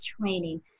training